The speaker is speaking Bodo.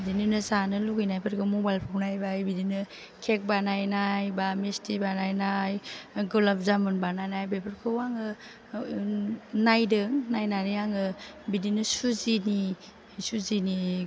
बिदिनो जानो लुबैनायफोरखौ मबाइलफ्राव नायबाय बिदिनो केख बानायनाय बा मिसथि बानायनाय गुलाप जामुन बानायनाय बेफोरखौ आङो नायदों नायनानै आङो बिदिनो सुजिनि